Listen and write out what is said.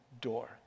door